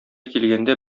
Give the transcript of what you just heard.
килгәндә